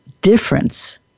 difference